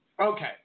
Okay